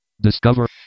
discover